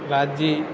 राज्ये